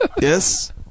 Yes